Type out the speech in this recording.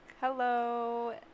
Hello